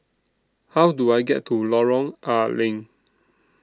How Do I get to Lorong A Leng